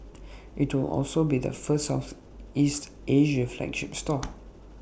IT will also be the first Southeast Asia flagship store